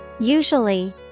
Usually